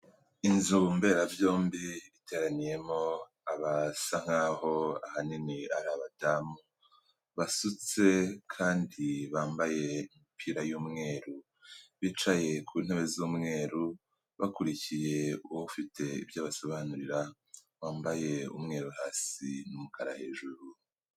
Inzu mberabyombi iteraniyemo abasa nkaho ahanini ari abadamu, basutse kandi bambaye imipira y'umweru, bicaye ku ntebe z'umweru, bakurikiye ufite ibyo abasobanurira, wambaye umweru hasi n'umukara hejuru.